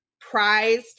prized